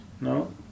No